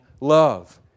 love